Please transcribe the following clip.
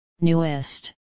Newest